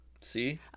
See